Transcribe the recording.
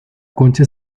concha